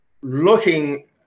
looking